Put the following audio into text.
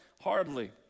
Hardly